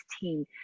team